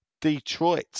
Detroit